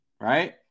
Right